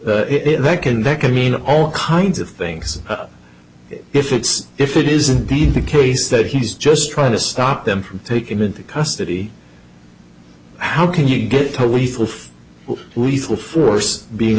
is that can that can mean all kinds of things if it's if it isn't the case that he's just trying to stop them from taken into custody how can you get to lethal lethal force being